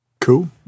cool